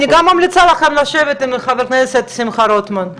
אני גם ממליצה לכם לשבת עם חבר הכנסת שמחה רוטמן.